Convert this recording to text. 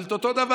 אבל את אותו דבר,